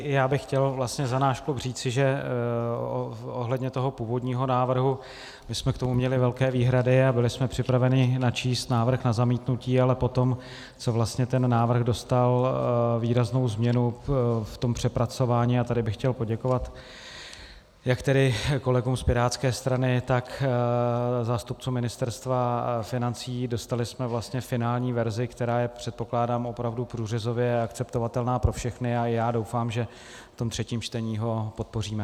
Já bych chtěl za náš klub říci, že ohledně toho původního návrhu jsme k tomu měli velké výhrady a byli jsme připraveni načíst návrh na zamítnutí, ale poté co ten návrh dostal výraznou změnu v tom přepracování a tady bych chtěl poděkovat jak kolegům z pirátské strany, tak zástupcům Ministerstva financí dostali jsme vlastně finální verzi, která je, předpokládám, opravdu průřezově akceptovatelná pro všechny, a já doufám, že ve třetím čtení ho podpoříme.